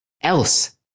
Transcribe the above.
else